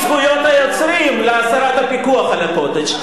זכויות היוצרים על הסרת הפיקוח על ה"קוטג'".